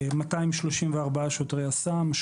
234 שוטרי יס"מ,